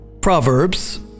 Proverbs